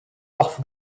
off